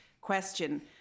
question